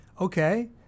Okay